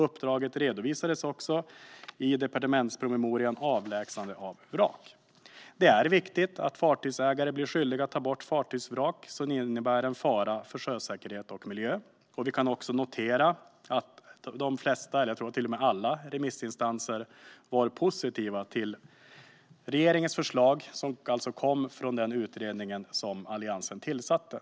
Uppdraget redovisades i departementspromemorian Avlägsnande av vrak . Det är viktigt att fartygsägare blir skyldiga att ta bort fartygsvrak som innebär en fara för sjösäkerhet och miljö. Vi kan också notera att de flesta, eller kanske till och med alla, remissinstanser var positiva till regeringens förslag, som alltså kom från den utredning som Alliansen tillsatte.